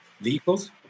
vehicles